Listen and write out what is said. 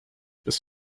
bis